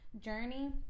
journey